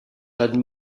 had